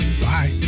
Bye